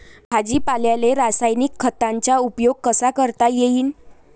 भाजीपाल्याले रासायनिक खतांचा उपयोग कसा करता येईन?